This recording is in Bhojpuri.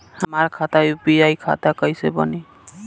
हमार खाता यू.पी.आई खाता कईसे बनी?